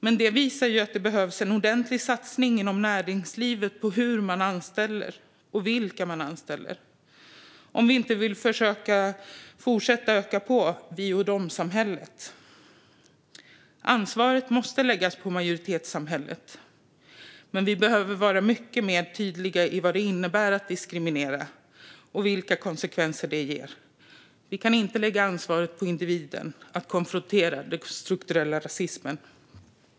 Men det visar att det behövs en ordentlig satsning inom näringslivet på hur man anställer och vilka man anställer om vi inte vill försöka fortsätta att öka på vi-och-dom-samhället. Ansvaret måste läggas på majoritetssamhället, men vi behöver vara mycket tydligare med vad det innebär att diskriminera och vilka konsekvenser det ger. Vi kan inte lägga ansvaret på individen när det gäller att konfrontera den strukturella rasismen.